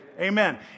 Amen